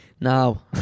Now